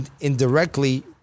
indirectly